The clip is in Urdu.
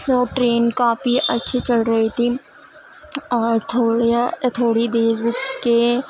تو ٹرین کافی اچھی چل رہی تھی اور تھوڑی دیر کے